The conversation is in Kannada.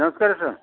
ನಮಸ್ಕಾರ ಸರ್